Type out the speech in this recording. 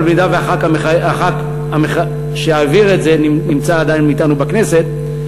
אם חבר הכנסת שהעביר את זה נמצא עדיין אתנו בכנסת.